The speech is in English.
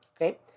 Okay